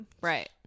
right